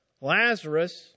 Lazarus